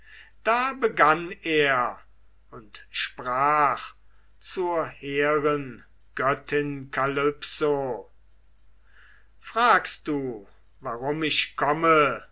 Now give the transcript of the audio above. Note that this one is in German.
da begann er und sprach zur hehren göttin kalypso fragst du warum ich komme